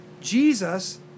Jesus